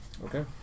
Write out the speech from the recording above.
Okay